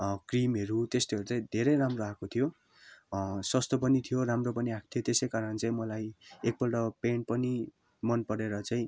क्रिमहरू त्यस्तोहरू चाहिँ धेरै राम्रो आएको थियो सस्तो पनि थियो राम्रो पनि आएको थियो त्यसै कारण चाहिँ मलाई एकपल्ट पेन्ट पनि मनपरेर चाहिँ